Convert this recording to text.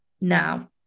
now